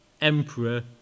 emperor